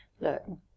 look